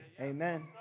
Amen